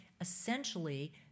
essentially